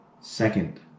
second